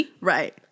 Right